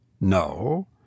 No